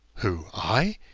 who? i?